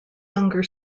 younger